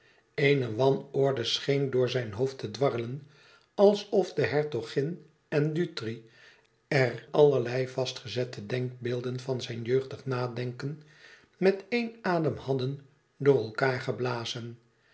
eene wanorde scheen door zijn hoofd te dwarrelen alsof de hertogin en dutri er allerlei vastgezette denkbeelden van zijn jeugdig nadenken met éen adem hadden door elkaâr geblazen